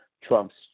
Trump's